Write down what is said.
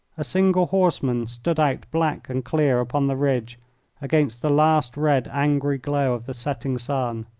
a single horseman stood out black and clear upon the ridge against the last red angry glow of the setting sun.